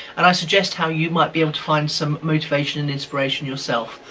and i suggest how you might be able to find some motivation and inspiration yourself.